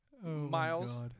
Miles